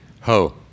ho